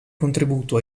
contributo